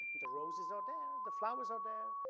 the roses are there, the flowers are there,